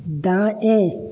दाएँ